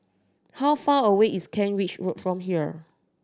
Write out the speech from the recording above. how far away is Kent Ridge Road from here